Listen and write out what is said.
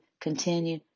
continue